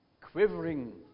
quivering